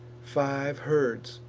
five herds,